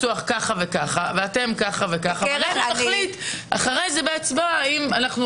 ואנחנו נחליט אחרי זה בהצבעה אם אנחנו רוצים להפקיע או לא להפקיע.